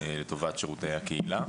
לטובת שירותי הקהילה.